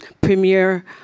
premier